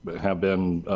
but have been